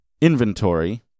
inventory